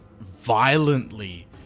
violently